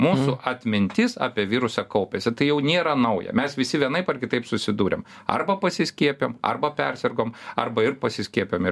mūsų atmintis apie virusą kaupiasi tai jau nėra nauja mes visi vienaip ar kitaip susidūrėm arba pasiskiepijom arba persirgom arba ir pasiskiepijom ir